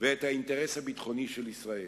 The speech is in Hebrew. ואת האינטרס הביטחוני של ישראל.